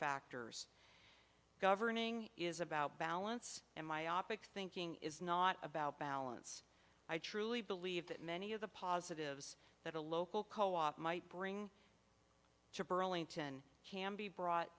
factors governing is about balance and myopic thinking is not about balance i truly believe that many of the positives that a local co op might bring to burlington can be brought